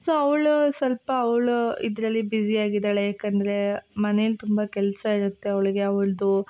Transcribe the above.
so ಅವಳು ಸ್ವಲ್ಪ ಅವಳು ಇದರಲ್ಲಿ ಬಿಝಿ ಆಗಿದ್ದಾಳೆ ಯಾಕಂದ್ರೆ ಮನೆಲ್ಲಿ ತುಂಬ ಕೆಲಸ ಇರುತ್ತೆ ಅವಳಿಗೆ ಅವ್ಳದ್ದು